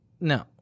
No